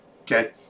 okay